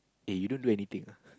eh you don't do anything ah